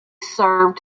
served